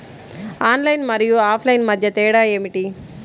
Online మరియు offline మధ్య తేడా ఏమిటీ?